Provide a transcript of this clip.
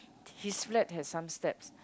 his flat have some steps